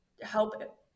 help